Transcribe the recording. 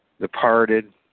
departed